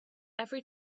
every